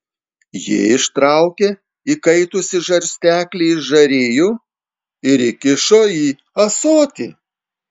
ji ištraukė įkaitusį žarsteklį iš žarijų ir įkišo į ąsotį